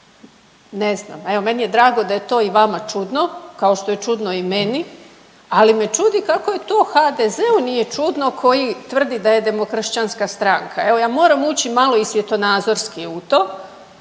Ne zna. Evo meni je drago da je to i vama čudno, kao što je čudno i meni, ali me čudi kako je to HDZ-u nije čudno koji tvrdi da je demokršćanska stranka. Evo ja moram ući malo i svjetonazorski u to